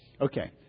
Okay